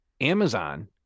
Amazon